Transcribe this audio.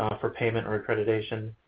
but for payment or accreditation,